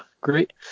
Great